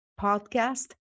podcast